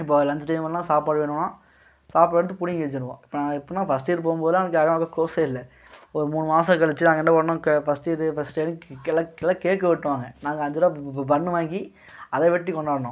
இப்போ லஞ்ச் டைம்லலாம் சாப்பாடு வேணும்னா சாப்பாடு எடுத்து பிடிங்கி வச்சுருப்போம் எப்புடின்னா ஃபஸ்ட் இயர் போகும்போதுலாம் எனக்கு யாரும் அவ்வளோ க்ளோஸே இல்லை ஒரு மூணு மாசம் கழித்து தான் ஒன்னும் ஃபஸ்ட்டு இது ஃபஸ்ட்டு இயரு எல்லாம் எல்லாம் கேக்கு வெட்டுவாங்க நாங்கள் அஞ்சுருபா பன்னு வாங்கி அதை வெட்டி கொண்டாடினோம்